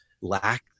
lack